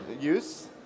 use